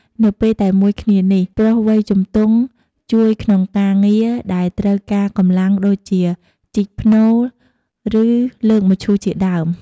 នៅពេលតែមួយគ្នានេះ ប្រុសវ័យជំទង់ជួយក្នុងការងារដែលត្រូវការកម្លាំងដូចជាជីកភ្នូរ ឬលើកមឈូសជាដើម។